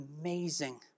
amazing